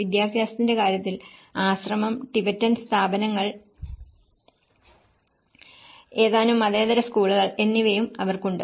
വിദ്യാഭ്യാസത്തിന്റെ കാര്യത്തിൽ ആശ്രമം ടിബറ്റൻ സ്ഥാപനങ്ങൾ ഏതാനും മതേതര സ്കൂളുകൾ എന്നിവയും അവർക്കുണ്ട്